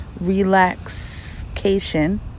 relaxation